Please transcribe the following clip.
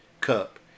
cup